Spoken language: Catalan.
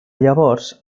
llavors